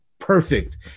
perfect